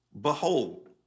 behold